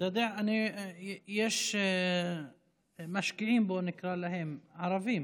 אתה יודע, יש משקיעים, נקרא להם, ערבים